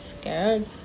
scared